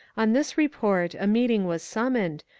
on this report a meeting was summoned,